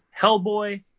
Hellboy